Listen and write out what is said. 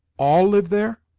all live there?